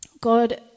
God